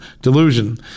delusion